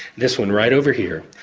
this one right over here,